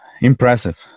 Impressive